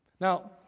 Now